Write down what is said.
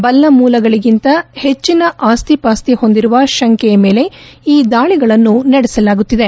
ಬಲ್ಲ ಮೂಲಗಳಿಗಿಂತ ಹೆಚ್ಚಿನ ಆಸ್ತಿ ಪಾಸ್ತಿ ಹೊಂದಿರುವ ಶಂಕೆಯ ಮೇಲೆ ಈ ದಾಳಿಗಳನ್ನು ನಡೆಸಲಾಗುತ್ತಿದೆ